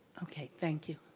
okay, thank you.